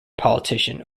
politician